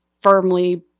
firmly